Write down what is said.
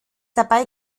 dabei